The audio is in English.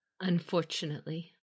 unfortunately